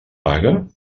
paga